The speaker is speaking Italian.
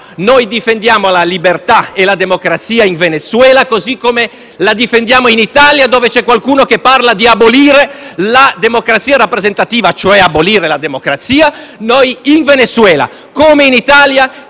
Noi difendiamo la libertà e la democrazia in Venezuela, così come la difendiamo in Italia, dove qualcuno parla di abolire la democrazia rappresentativa e, quindi, la democrazia. In Venezuela, come in Italia,